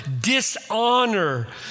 dishonor